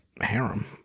harem